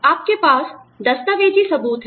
आपके पास दस्तावेजी सबूत हैं